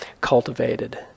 cultivated